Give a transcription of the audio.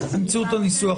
תמצאו את הניסוח,